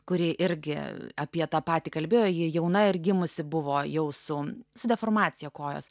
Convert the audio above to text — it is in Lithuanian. kuri irgi apie tą patį kalbėjo ji jauna ir gimusi buvo jau su su deformacija kojos